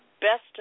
best